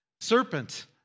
serpent